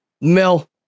Mel